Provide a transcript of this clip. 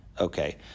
Okay